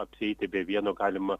apsieiti be vieno galima